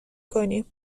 کنیم